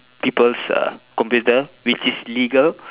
people's uh computer which is legal